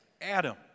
Adam